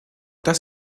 das